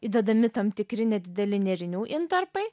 įdedami tam tikri nedideli nėrinių intarpai